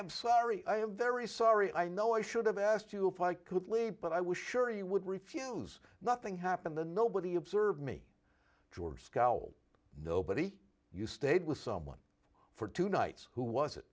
am sorry i am very sorry i know i should have asked you if i could leave but i was sure you would refuse nothing happened the nobody observed me george scowled nobody you stayed with someone for two nights who was